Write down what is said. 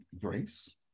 Grace